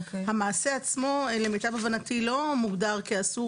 המעשה עצמו, למיטב הבנתי, לא מוגדר כאסור.